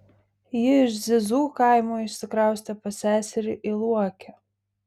ji iš zizų kaimo išsikraustė pas seserį į luokę